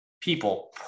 people